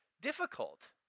difficult